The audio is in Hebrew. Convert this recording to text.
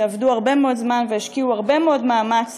שעבדו הרבה מאוד זמן והשקיעו הרבה מאוד מאמץ